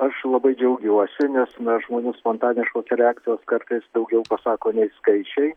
aš labai džiaugiuosi nes nuo žmonių spontaniškos reakcijos kartais daugiau pasako nei skaičiai